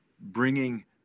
bringing